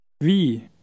Wie